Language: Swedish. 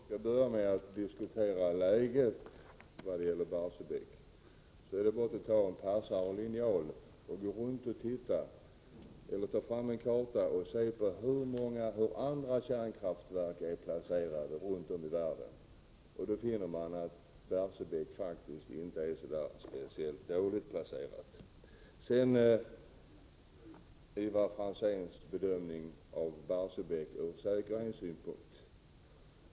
Fru talman! Jag börjar med att diskutera Barsebäcksverkets läge. Det är bara att ta fram en karta och se hur alla andra kärnkraftverk är placerade runt om i världen. Då finner man att Barsebäcksverket faktiskt inte är så speciellt dåligt placerat. Sedan till Ivar Franzéns bedömning av Barsebäcksverket ur säkerhetssynpunkt.